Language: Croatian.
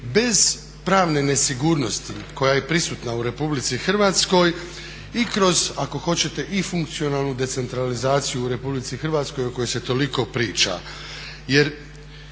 bez pravne nesigurnosti koja je prisutna u RH i kroz ako hoćete i funkcionalnu decentralizaciju u RH o kojoj se toliko priča.